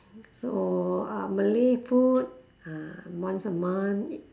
so uh malay food once a month